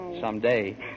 Someday